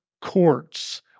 courts